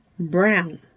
brown